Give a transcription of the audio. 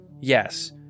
Yes